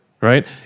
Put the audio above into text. right